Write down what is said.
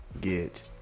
get